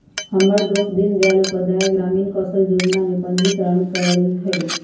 हमर दोस दीनदयाल उपाध्याय ग्रामीण कौशल जोजना में पंजीकरण करएले हइ